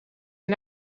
een